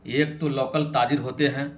ایک تو لوکل تاجر ہوتے ہیں